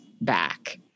back